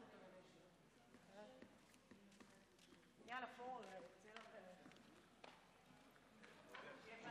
חבריי חברי הכנסת, אנחנו בשלב